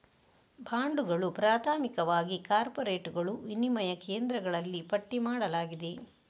ಬಾಂಡುಗಳು, ಪ್ರಾಥಮಿಕವಾಗಿ ಕಾರ್ಪೊರೇಟುಗಳು, ವಿನಿಮಯ ಕೇಂದ್ರಗಳಲ್ಲಿ ಪಟ್ಟಿ ಮಾಡಲಾಗಿದೆ